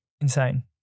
insane